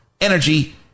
energy